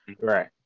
Right